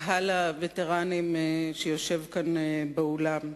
קהל הווטרנים שיושב כאן באולם,